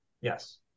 Yes